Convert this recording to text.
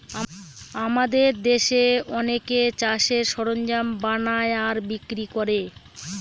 আমাদের দেশে অনেকে চাষের সরঞ্জাম বানায় আর বিক্রি করে